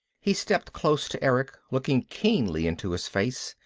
he stepped close to erick, looking keenly into his face.